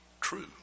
true